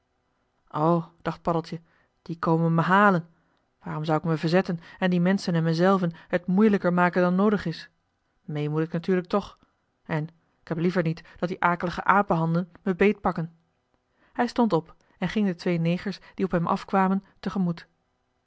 dacht paddeltje die komen me halen waarom zou ik me verzetten en die menschen en mezelven het moeilijker maken dan noodig is mee moet ik natuurlijk toch en k heb liever niet dat die akelige apenhanden me beetpakken hij stond op en ging de twee negers die op hem afkwamen tegemoet